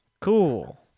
Cool